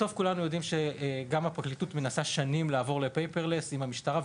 כולנו יודעים שגם הפרקליטות מנסה שנים לעבור ל- Paperlessעם המשטרה,